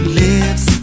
lives